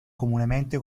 comunemente